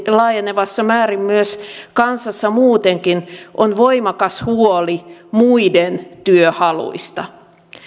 laajenevassa määrin myös kansassa muutenkin on voimakas huoli muiden työhaluista